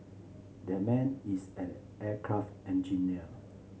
that man is an aircraft engineer